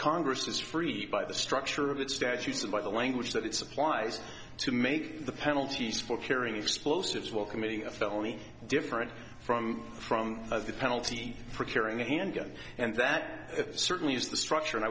congress is free by the structure of its statutes and by the language that it supplies to make the penalties for carrying explosives while committing a felony different from from the penalty for carrying a handgun and that certainly is the structure and